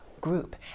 group